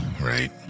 right